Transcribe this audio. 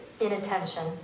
inattention